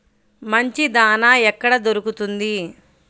మంచి దాణా ఎక్కడ దొరుకుతుంది?